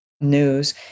news